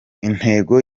intego